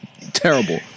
terrible